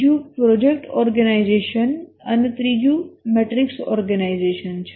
બીજો project organisation અને ત્રીજો મેટ્રિક્સ ઓર્ગેનાઈઝેશન છે